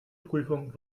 prüfung